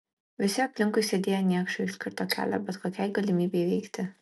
visi aplinkui sėdėję niekšai užkirto kelią bet kokiai galimybei veikti